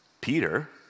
Peter